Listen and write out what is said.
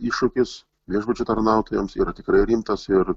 iššūkis viešbučio tarnautojams yra tikrai rimtas ir